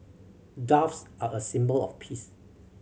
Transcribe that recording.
doves are a symbol of peace